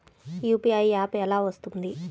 UPI app ఎలా వస్తుంది?